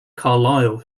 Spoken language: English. carlyle